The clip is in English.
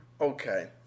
Okay